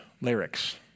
lyrics